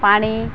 ପାଣି